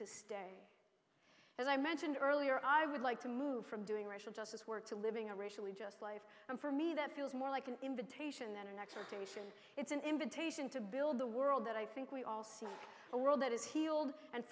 to stay as i mentioned earlier i would like to move from doing racial justice work to living a racially just life and for me that feels more like an invitation than an actual tuition it's an invitation to build the world that i think we all see a world that is healed and